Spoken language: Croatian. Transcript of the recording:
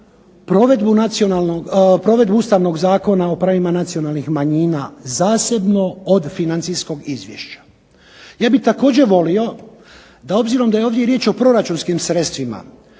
provedbu Ustavnog zakona o pravima nacionalnih manjina zasebno od financijskog izvješća. Ja bih također volio da obzirom da je ovdje riječ o proračunskim sredstvima,